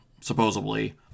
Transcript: supposedly